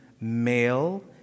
male